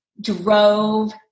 drove